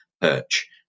Perch